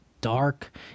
dark